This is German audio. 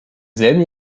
selben